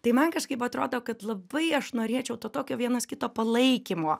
tai man kažkaip atrodo kad labai aš norėčiau to tokio vienas kito palaikymo